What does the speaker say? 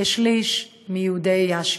כשליש מיהודי יאשי.